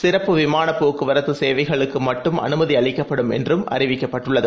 சிறப்புவிமானபோக்குவரத்துசேவைகளுக்குமட்டும்அனுமதிஅளிக்கப்படும்என் றும்அறிவிக்கப்பட்டுள்ளது